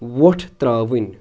وۄٹھ ترٛاوٕنۍ